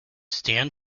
stan